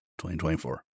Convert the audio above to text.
2024